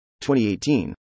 2018